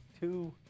two